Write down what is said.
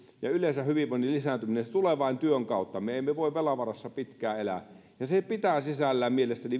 ja yleensä hyvinvoinnin lisääntyminen tulevat vain työn kautta me emme voi velan varassa pitkään elää ja mielestäni se pitää sisällään